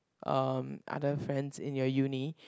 um other friends in your uni